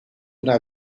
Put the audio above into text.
una